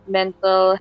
mental